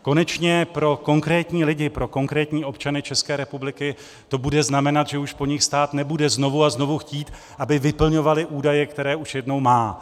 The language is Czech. Konečně pro konkrétní lidi, pro konkrétní občany České republiky, to bude znamenat, že už po nich stát nebude znovu a znovu chtít, aby vyplňovali údaje, které už jednou má.